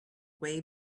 way